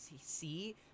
see